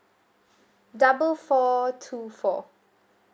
double four two four